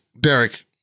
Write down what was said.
Derek